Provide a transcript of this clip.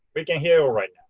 we can hear you all right.